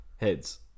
Heads